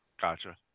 gotcha